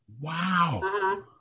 Wow